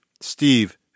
Steve